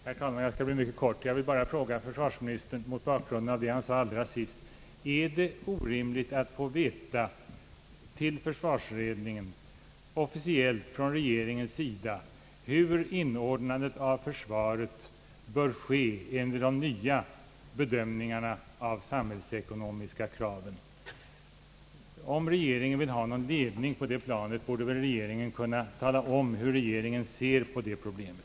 Herr talman! Jag skall fatta mig mycket kort. Jag vill bara fråga försvarsministern mot bakgrunden av vad han sade allra sist: är det orimligt för försvarsutredningen att officiellt från regeringen få veta hur inordnandet av försvaret bör ske enligt de nya bedömningarna av de samhällsekonomiska kraven? Regeringen borde här ge ledning och tala om hur den ser på problemet.